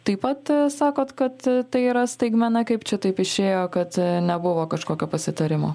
taip pat sakot kad tai yra staigmena kaip čia taip išėjo kad nebuvo kažkokio pasitarimo